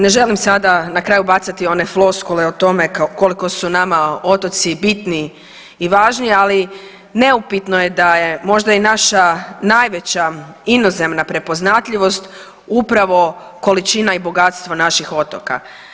Ne želim sada na kraju bacati one floskule o tome koliko su nama otoci bitni i važni, ali neupitno je da je možda i naša najveća inozemna prepoznatljivost upravo količina i bogatstvo naših otoka.